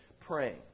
praying